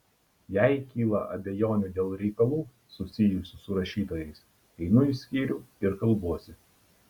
jei kyla abejonių dėl reikalų susijusių su rašytojais einu į skyrių ir kalbuosi